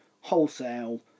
wholesale